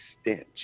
stench